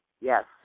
Yes